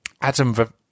Adam